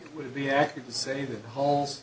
would be accurate to say the holes